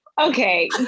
okay